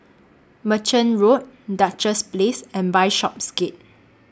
Merchant Road Duchess Place and Bishopsgate